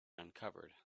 uncovered